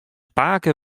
pake